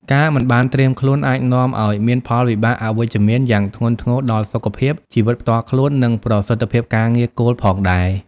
ការមិនបានត្រៀមខ្លួនអាចនាំឱ្យមានផលវិបាកអវិជ្ជមានយ៉ាងធ្ងន់ធ្ងរដល់សុខភាព ជីវិតផ្ទាល់ខ្លួន និងប្រសិទ្ធភាពការងារគោលផងដែរ។